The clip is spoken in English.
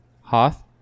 Hoth